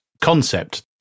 concept